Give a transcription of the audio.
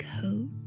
coat